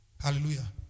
Hallelujah